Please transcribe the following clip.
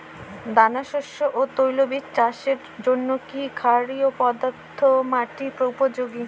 দানাশস্য ও তৈলবীজ চাষের জন্য কি ক্ষারকীয় মাটি উপযোগী?